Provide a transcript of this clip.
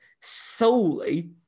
solely